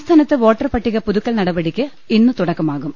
സംസ്ഥാനത്ത് വോട്ടർപട്ടിക പുതുക്കൽ നടപടിക്ക് ഇന്ന് തുടക്ക മാകും